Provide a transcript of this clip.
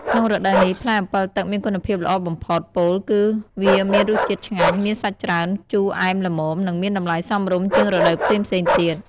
ក្នុងរដូវនេះ ផ្លែអម្ពិលទឹកមានគុណភាពល្អបំផុត ពោលគឺវាមានរសជាតិឆ្ងាញ់ មានសាច់ច្រើន ជូរអែមល្មម និងមានតម្លៃសមរម្យជាងរដូវផ្សេងៗទៀត។